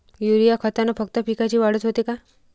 Urea खतानं फक्त पिकाची वाढच होते का?